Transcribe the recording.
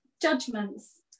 judgments